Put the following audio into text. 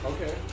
Okay